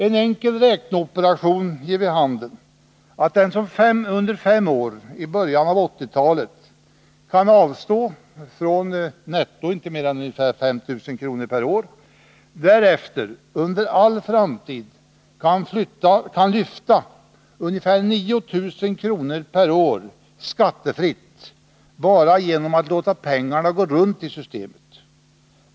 En enkel räkneoperation ger vid handen att den som under fem år i början av 1980-talet kan avstå från inte mer än ungefär 5 000 kr. netto per år därefter för all framtid kan lyfta ungefär 9 000 kr. per år skattefritt bara genom att låta pengarna gå runt i systemet.